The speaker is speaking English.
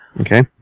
Okay